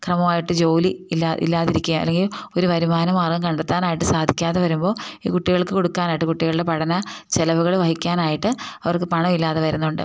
ക്രമമായിട്ട് ജോലി ഇല്ലാതിരിക്കുക അല്ലെങ്കിൽ ഒരു വരുമാന മാർഗം കണ്ടെത്താനായിട്ട് സാധിക്കാതെ വരുമ്പോൾ ഈ കുട്ടികൾക്ക് കൊടുക്കാനായിട്ട് കുട്ടികളുടെ പഠന ചെലവുകൾ വഹിക്കാനായിട്ട് അവർക്ക് പണം ഇല്ലാതെ വരുന്നുണ്ട്